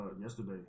yesterday